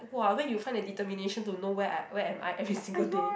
!wah! where you find the determination to know where I where am I every single day